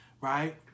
right